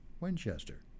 Winchester